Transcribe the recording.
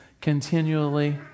continually